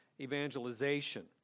evangelization